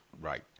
Right